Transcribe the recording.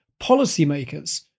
policymakers